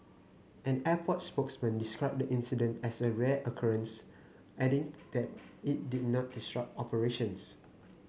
an airport spokesman described the incident as a rare occurrence adding that it did not disrupt operations